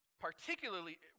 particularly